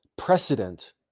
precedent